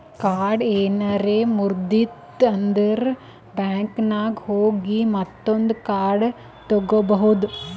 card ಏನಾರೆ ಮುರ್ದಿತ್ತಂದ್ರ ಬ್ಯಾಂಕಿನಾಗ್ ಹೋಗಿ ಮತ್ತೊಂದು ಕಾರ್ಡ್ ತಗೋಬೋದ್